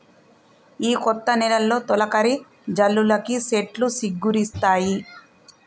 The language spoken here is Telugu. ఈ కొత్త నెలలో తొలకరి జల్లులకి సెట్లు సిగురిస్తాయి